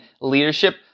Leadership